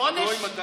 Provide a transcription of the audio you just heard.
חודש או 11 חודש?